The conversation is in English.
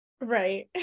Right